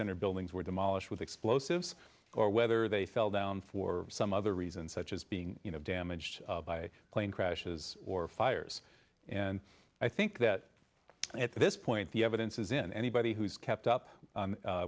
center buildings were demolished with explosives or whether they fell down for some other reason such as being you know damaged by a plane crashes or fires and i think that at this point the evidence is in anybody who's kept up